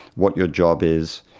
what your job is,